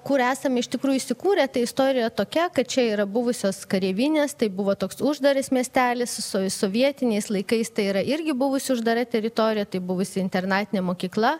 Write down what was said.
kur esam iš tikrųjų įsikūrę tai istorija tokia kad čia yra buvusios kareivinės tai buvo toks uždaras miestelis su so sovietiniais laikais tai yra irgi buvusi uždara teritorija tai buvusi internatinė mokykla